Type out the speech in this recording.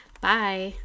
Bye